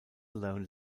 alone